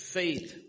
faith